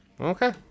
Okay